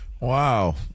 Wow